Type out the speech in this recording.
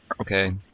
Okay